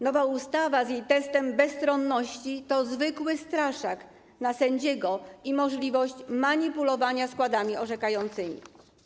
Nowa ustawa z jej testem bezstronności to zwykły straszak na sędziego i możliwość manipulowania składami orzekającymi.